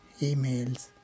emails